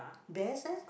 best leh